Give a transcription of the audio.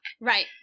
Right